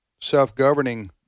self-governing